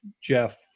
Jeff